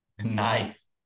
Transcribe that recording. nice